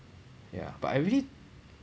ya but I really